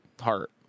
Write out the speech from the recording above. heart